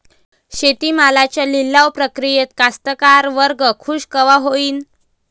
शेती मालाच्या लिलाव प्रक्रियेत कास्तकार वर्ग खूष कवा होईन?